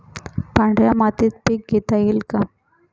पांढऱ्या मातीत पीक घेता येईल का?